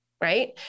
right